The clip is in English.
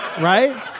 right